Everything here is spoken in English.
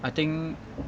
I think